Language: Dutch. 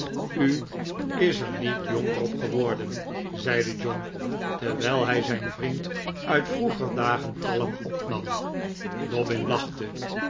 li is er niet jonger op geworden zeide john terwijl hij zijn vriend uit vroeger dagen kalm opnam dobbin lachte